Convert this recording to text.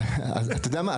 אתה יודע מה?